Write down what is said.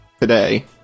today